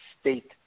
state